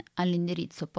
all'indirizzo